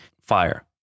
Fire